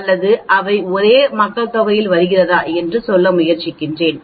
அல்லது அவை ஒரே மக்கள்தொகையில் வருகிறதா என்று சொல்ல முயற்சிக்கிறேன்